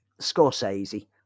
Scorsese